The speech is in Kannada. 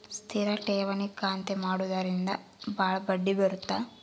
ಸ್ಥಿರ ಠೇವಣಿ ಖಾತೆ ಮಾಡುವುದರಿಂದ ಬಾಳ ಬಡ್ಡಿ ಬರುತ್ತ